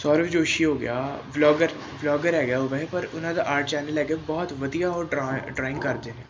ਸੌਰਵ ਜੋਸ਼ੀ ਹੋ ਗਿਆ vlogger vlogger ਹੈਗਾ ਪਰ ਉਹਨਾਂ ਦਾ ਆਰਟ ਚੈਨਲ ਹੈਗਾ ਬਹੁਤ ਵਧੀਆ ਉਹ ਡਰੋ ਡਰਾਇੰਗ ਕਰਦੇ ਨੇ